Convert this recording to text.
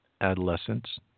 adolescents